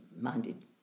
minded